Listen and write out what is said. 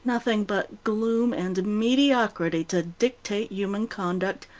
nothing but gloom and mediocrity to dictate human conduct,